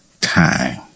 time